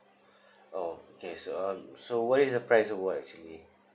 oh okay so um so what is the prize award actually